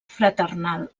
fraternal